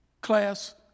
class